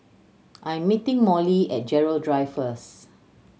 I am meeting Mollie at Gerald Drive first